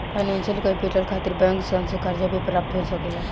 financial capital खातिर bank सन से कर्जा भी प्राप्त हो सकेला